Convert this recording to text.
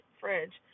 fridge